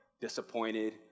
disappointed